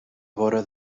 vora